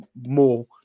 more